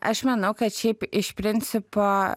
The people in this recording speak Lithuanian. aš manau kad šiaip iš principo